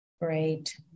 Great